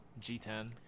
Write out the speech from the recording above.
G10